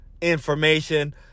information